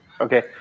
Okay